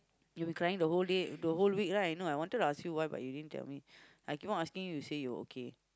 you've been crying the whole day the whole week right no I wanted to ask you why but you didn't tell me I keep on asking you you say you were okay